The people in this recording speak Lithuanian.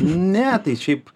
ne tai šiaip